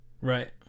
Right